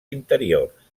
interiors